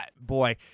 boy